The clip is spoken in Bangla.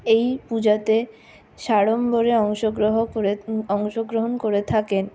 এই পূজাতে সাড়ম্বরে অংশগ্রহ করে অংশগ্রহণ করে থাকেন